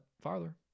farther